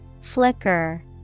Flicker